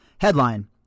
Headline